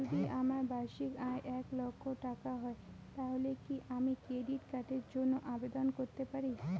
যদি আমার বার্ষিক আয় এক লক্ষ টাকা হয় তাহলে কি আমি ক্রেডিট কার্ডের জন্য আবেদন করতে পারি?